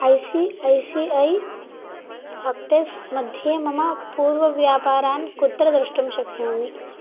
I C I C I pockets मध्ये मम पूर्वव्यापारान् कुत्र द्रष्टुं शक्नोमि